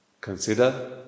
consider